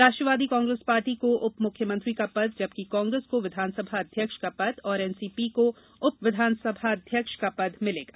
राष्ट्रवादी Congress party को उपमुख्यमंत्री का पद जबकि कांग्रेस को विधानसभा अध्यक्ष का पद और एनसीपी को उप विधानसभाध्यक्ष का पद मिलेगा